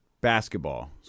basketball